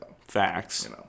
Facts